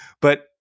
But-